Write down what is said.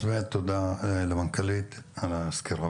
אז באמת תודה למנכ"לית על סקירה.